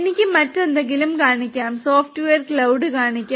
എനിക്ക് മറ്റെന്തെങ്കിലും കാണിക്കാം സോഫ്റ്റ്വെയർ ക്ലൌഡ് കാണിക്കാം